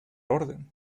orden